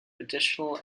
additional